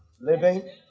Living